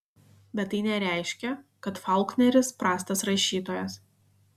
bet tai nereiškia kad faulkneris prastas rašytojas